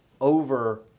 over